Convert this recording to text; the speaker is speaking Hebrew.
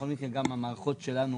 בכל מקרה, גם המערכות שלנו